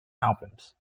albums